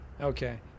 Okay